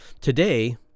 Today